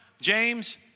James